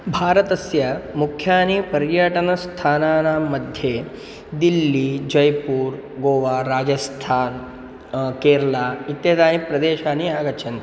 भारतस्य मुख्यानां पर्यटनस्थानानां मध्ये दिल्ली जय्पुर् गोवा राजस्थान् केरला इत्यादयः प्रदेशाः आगच्छन्ति